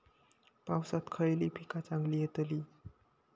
पावसात खयली पीका चांगली येतली?